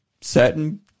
certain